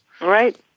Right